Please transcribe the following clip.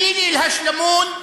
הדיל אל-השלמון,